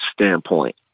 standpoint